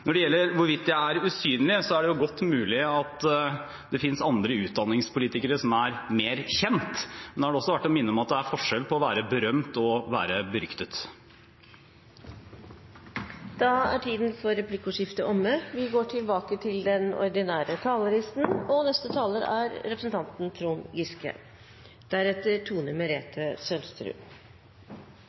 Når det gjelder hvorvidt jeg er usynlig, er det godt mulig at det finnes andre utdanningspolitikere som er mer kjente, men det er verdt å minne om at det er forskjell på å være berømt og å være beryktet. Replikkordskiftet er omme. La meg først begynne der vi slapp og legge merke til at statsråden overhodet ikke svarte på spørsmålet, nemlig hvorfor en rullerende langtidsplan på bygg og